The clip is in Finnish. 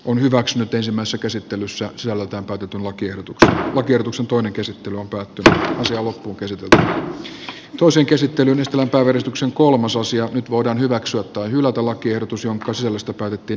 on hyväksynyt pesemässä käsittelyssä asialle tarkoitetun lakiehdotuksen lakiehdotuksen toinen käsittely on tuttu asia on käsiteltävä tuo sen käsittelyyn ja tulee tarkistuksen kolmososio nyt voidaan hyväksyä tai hylätä lakiehdotus jonka sisällöstä päätettiin ensimmäisessä käsittelyssä